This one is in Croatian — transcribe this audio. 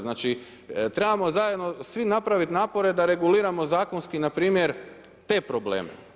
Znači trebamo zajedno svi napravit napore da reguliramo zakonski na primjer te probleme.